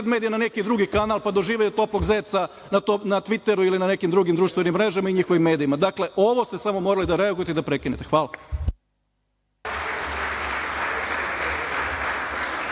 medije“ na neki drugi kanal, pa da žive od toplog zeca na Tviteru nego ili na nekim drugim društvenim mrežama i njihovim medijima. Dakle, ovo ste morali da reagujete i da prekinete. Hvala.